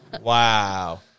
Wow